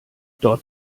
dort